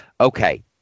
Okay